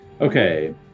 Okay